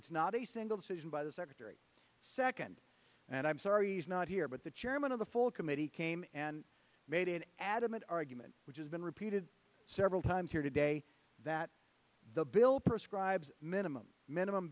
it's not a single decision by the secretary second and i'm sorry he's not here but the chairman of the full committee came and made an adamant argument which has been repeated several times here today that the bill prescribe minimum minimum